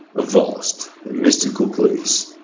a vast and mystical place,